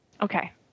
Okay